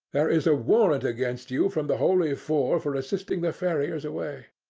there is a warrant against you from the holy four for assisting the ferriers away.